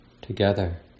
together